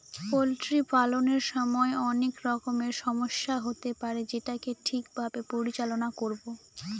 poultry পালনের সময় অনেক রকমের সমস্যা হতে পারে যেটাকে ঠিক ভাবে পরিচালনা করবো